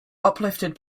uplifted